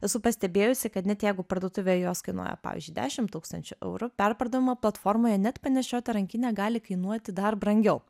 esu pastebėjusi kad net jeigu parduotuvėje jos kainuoja pavyzdžiui dešimt tūkstančių eurų perpardavimo platformoje net panešiota rankinė gali kainuoti dar brangiau